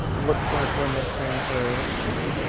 looks like we're missing a oh,